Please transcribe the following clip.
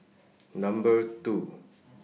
Number two